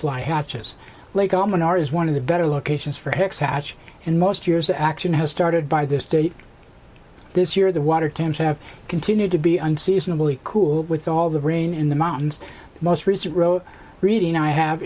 fly hatches like all men are is one of the better locations for hex hatch and most years the action has started by their state this year the water temps have continued to be unseasonably cool with all the rain in the mountains most recent row reading i have